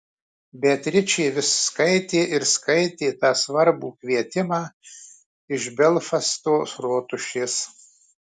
beatričė vis skaitė ir skaitė tą svarbų kvietimą iš belfasto rotušės